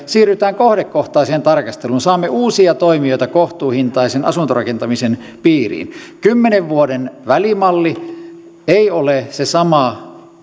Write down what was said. siirrytään kohdekohtaiseen tarkasteluun saamme uusia toimijoita kohtuuhintaisen asuntorakentamisen piiriin kymmenen vuoden välimalli ei ole se sama